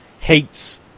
Hates